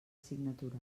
assignatura